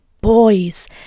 boys